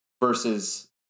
versus